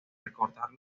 recordar